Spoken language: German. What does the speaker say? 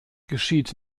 geschieht